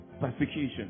Persecution